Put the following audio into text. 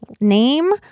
name